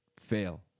fail